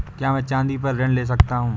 क्या मैं चाँदी पर ऋण ले सकता हूँ?